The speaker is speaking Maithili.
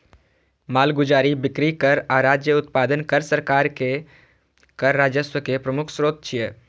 मालगुजारी, बिक्री कर आ राज्य उत्पादन कर सरकार के कर राजस्व के प्रमुख स्रोत छियै